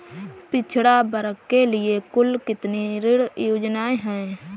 पिछड़ा वर्ग के लिए कुल कितनी ऋण योजनाएं हैं?